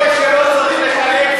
אדוני היושב-ראש,